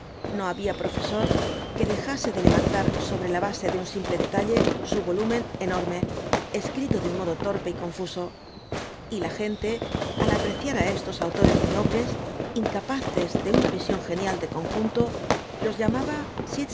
no había profesor que dejase de levantar sobre la base de un simple detalle su volumen enorme escrito de un modo torpe y confuso y la gente al apreciar á estos autores miopes incapaces de una visión genial de conjunto los llamaba